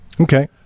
Okay